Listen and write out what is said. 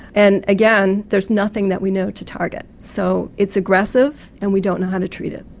and again, there's nothing that we know to target. so it's aggressive and we don't know how to treat it.